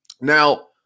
now –